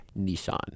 Nissan